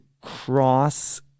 cross